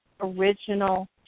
original